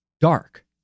dark